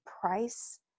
price